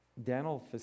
Dental